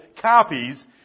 copies